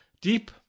deep